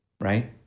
right